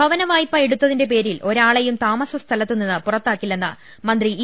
ഭവനവായ്പ എടുത്തിന്റെ പേരിൽ ഒരാളെയും താമസ സ്ഥലത്തുനിന്ന് പുറത്താക്കില്ലെന്ന് മന്ത്രി ഇ